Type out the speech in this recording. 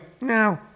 no